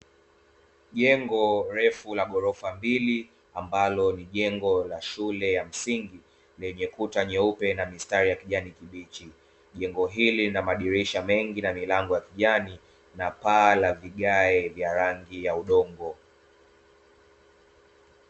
Jengo refu la ghorofa mbili ambalo ni jengo la shule ya msingi lenye kuta nyeupe na mistari ya kijani kibichi, jengo hili lina madirisha mengi na milango ya kijani na paa la vigae vya rangi ya udongo.